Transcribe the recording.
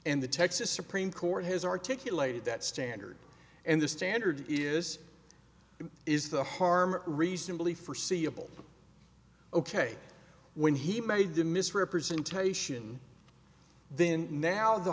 and the texas supreme court has articulated that standard and the standard is is the harm reasonably forseeable ok when he made the misrepresentation then now the